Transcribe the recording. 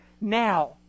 now